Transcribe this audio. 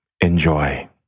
enjoy